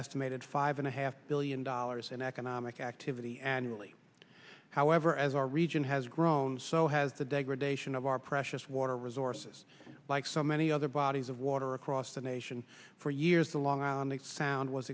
estimated five and a half billion dollars in economic activity annually however as our region has grown so has the degradation of our precious water resources like so many other bodies of water across the nation for years the long island they found was